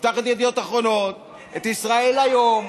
ויפתח את ידיעות אחרונות, את ישראל היום,